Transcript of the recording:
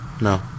No